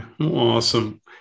Awesome